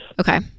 Okay